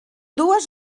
dues